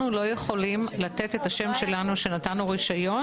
אנחנו לא יכולים לתת את השם שלנו שנתנו רשיון